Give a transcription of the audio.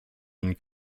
and